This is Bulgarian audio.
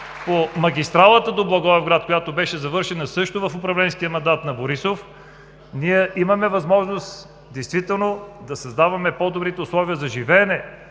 по магистралата до Благоевград, която беше завършена също в управленския мандат на Борисов, ние имаме възможност действително да създаваме по-добрите условия за живот,